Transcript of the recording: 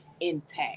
intact